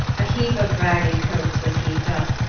a heap of ragged coats was heaved up,